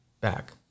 back